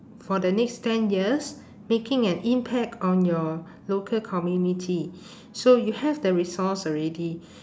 for the next ten years making an impact on your local community so you have the resource already